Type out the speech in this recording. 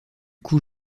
coup